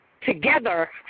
together